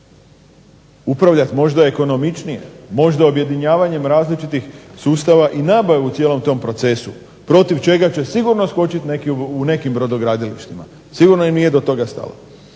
upravljati možda ekonomičnije, možda objedinjavanjem različitih sustava i nabavu u cijelom tom procesu protiv čega će sigurno skočiti u nekim brodogradilištima, sigurno im nije do toga stalo.